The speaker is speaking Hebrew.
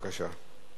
בבקשה,